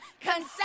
Consent